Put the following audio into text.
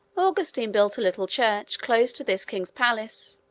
augustine built a little church, close to this king's palace,